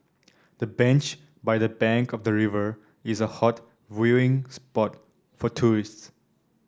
the bench by the bank of the river is a hot viewing spot for tourists